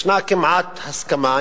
יש כמעט הסכמה,